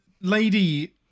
lady